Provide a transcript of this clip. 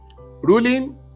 ruling